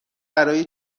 برای